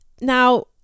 now